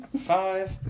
five